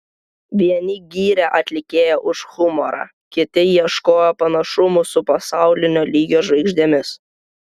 vieni gyrė atlikėją už humorą kiti ieškojo panašumų su pasaulinio lygio žvaigždėmis